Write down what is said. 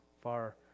far